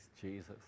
Jesus